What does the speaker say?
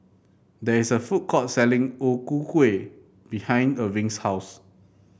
there is a food court selling O Ku Kueh behind Erving's house